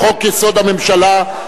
חבר הכנסת מאיר שטרית טעה בהצבעה והצביע בעד